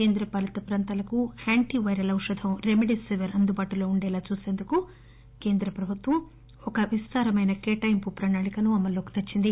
కేంద్రపాలిత ప్రాంతాలకు anti viral ఔషధం రెమెడీసివిర్ అందుబాటులో ఉండేలా చూసేందుకు కేంద్ర ప్రభుత్వం ఒక విస్తారమైన కేటాయింపు ప్రణాళికను అమల్లోకి తెచ్చింది